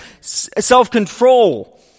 self-control